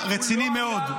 רציני מאוד.